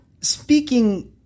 speaking